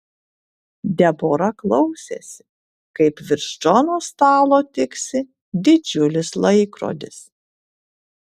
debora klausėsi kaip virš džono stalo tiksi didžiulis laikrodis